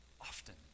often